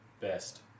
best